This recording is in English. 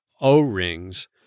O-rings